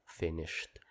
finished